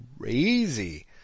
crazy